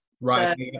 Right